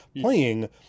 playing